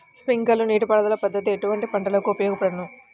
Sprinkler నీటిపారుదల పద్దతి ఎటువంటి పంటలకు ఉపయోగపడును?